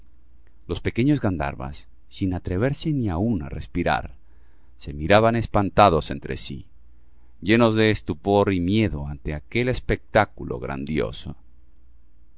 los pequeñuelos grandharvas sin atreverse ni aún á respirar se miraban espantados entre sí llenos de estupor y miedo ante aquel espectáculo grandioso